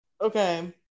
Okay